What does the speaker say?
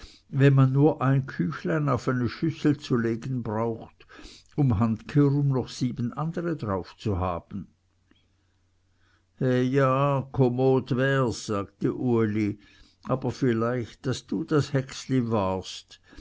wenn man nur ein küchlein auf eine schüssel zu legen braucht um handkehrum noch sieben andere darauf zu haben he ja kommod wärs sagte uli aber vielleicht daß du das hexli warest